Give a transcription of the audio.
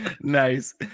nice